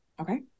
okay